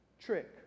trick